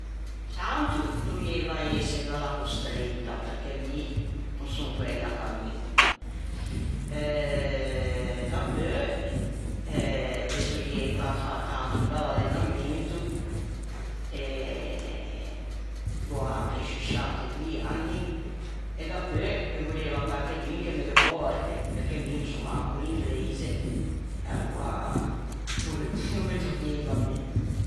Tanto dovieiva ëse bella costreita perché mi no son guæi da cammin. Dapeu beseurrieiva fâ tanto bell'allenamento, gh'ò anche sciusciantedoî anni e dapeu ghe vorrieiva quarchedun gh'o me ghe pòrte e aloa no me trovieiva ben.